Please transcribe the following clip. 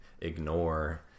ignore